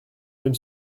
même